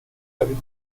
avait